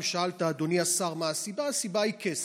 אם שאלת, אדוני השר, מה הסיבה, הסיבה היא כסף.